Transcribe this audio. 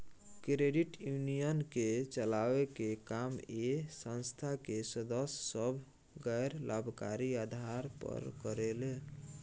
credit union के चलावे के काम ए संस्था के सदस्य सभ गैर लाभकारी आधार पर करेले